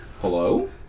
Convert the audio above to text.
Hello